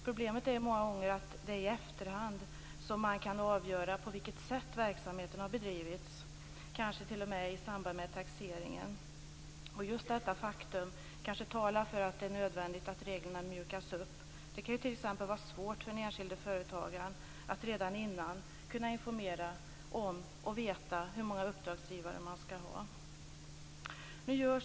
Problemet är många gånger att det är i efterhand som man kan avgöra på vilket sätt verksamheten har bedrivits, kanske t.o.m. i samband med taxeringen. Just detta faktum kanske talar för att det är nödvändigt att reglerna mjukas upp. Det kan t.ex. vara svårt för den enskilde företagaren att redan innan han startar sin verksamhet kunna informera om och veta hur många uppdragsgivare han kommer att ha.